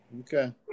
Okay